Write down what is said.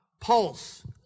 pulse